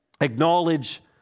Acknowledge